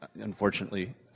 unfortunately